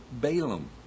Balaam